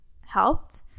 helped